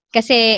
Kasi